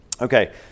Okay